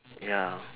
ya